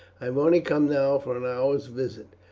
i have only come now for an hour's visit,